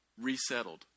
resettled